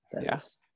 Yes